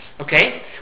okay